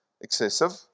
excessive